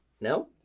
No